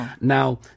Now